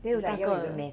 也有大个的